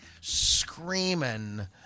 screaming